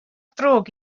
drwg